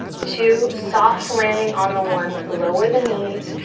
two, soft landing on the one. lower the knees.